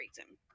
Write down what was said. reason